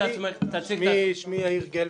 שמי יאיר גלפנד,